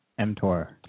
MTOR